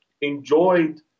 enjoyed